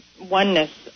oneness